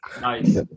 Nice